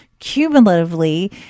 cumulatively